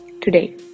today